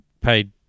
paid